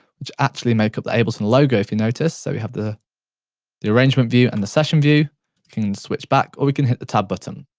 which actually make up the ableton logo, if you notice, so we have the the arrangement view and the session view. we can switch back, or we can hit the tab button.